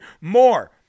more